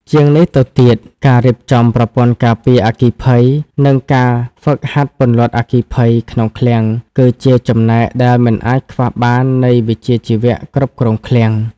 ជាងនេះទៅទៀត ការរៀបចំប្រព័ន្ធការពារអគ្គិភ័យ និងការហ្វឹកហាត់ពន្លត់អគ្គិភ័យក្នុងឃ្លាំង គឺជាចំណែកដែលមិនអាចខ្វះបាននៃវិជ្ជាជីវៈគ្រប់គ្រងឃ្លាំង។